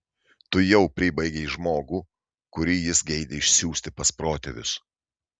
tu jau pribaigei žmogų kurį jis geidė išsiųsti pas protėvius